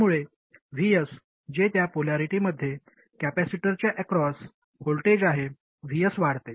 त्यामुळे Vs जे त्या पोलॅरिटीमध्ये कॅपेसिटरच्या अक्रॉस व्होल्टेज आहे Vs वाढते